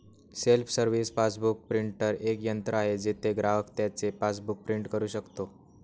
self service passbook printer एक यंत्र आहे जिथे ग्राहक त्याचे पासबुक प्रिंट करू शकतो